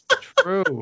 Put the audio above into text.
True